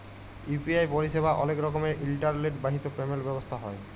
UPI পরিসেবা অলেক রকমের ইলটারলেট বাহিত পেমেল্ট ব্যবস্থা হ্যয়